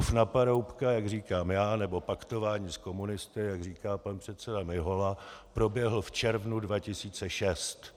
Bluf na Paroubka, jak říkám já, anebo paktování s komunisty, jak říká pan předseda Mihola, proběhl v červnu 2006.